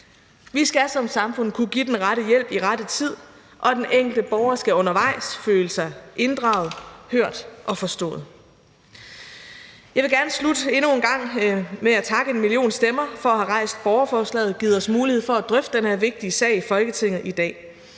Vi skal som samfund kunne give den rette hjælp i rette tid, og den enkelte borger skal undervejs føle sig inddraget, hørt og forstået. Jeg vil gerne slutte endnu en gang med at takke #enmillionstemmer for at have stillet borgerforslaget og givet os mulighed at drøfte den her vigtige sag i Folketinget i dag.